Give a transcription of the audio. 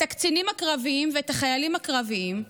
את הקצינים הקרביים ואת החיילים הקרביים,